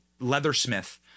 Leathersmith